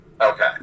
Okay